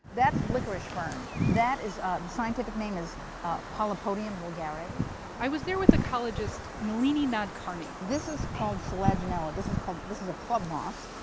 that's licorice fern. that is the scientific name is polypodium vulgare i was there with ecologist nalini nadkarni this is called selaginella. this is called this is a club moss.